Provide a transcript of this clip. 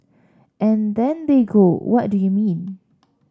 and then they go what do you mean